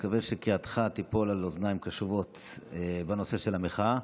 אני מקווה שקריאתך תיפול על אוזניים קשובות בנושא של המחאה.